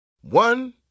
One